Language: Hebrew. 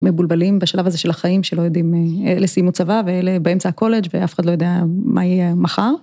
מבולבלים בשלב הזה של החיים שלא יודעים, אלה סיימו צבא ואלה באמצע הקולג' ואף אחד לא יודע מה יהיה מחר.